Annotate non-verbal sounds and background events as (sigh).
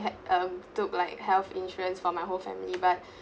had um took like health insurance for my whole family but (breath)